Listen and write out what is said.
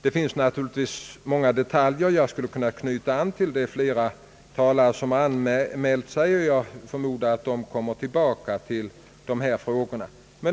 Det finns naturligtvis många detaljer som jag skulle kunna knyta an till, men det är fler talare som har anmält sig, och jag förmodar att de kommer tillbaka till dessa frågor.